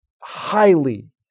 highly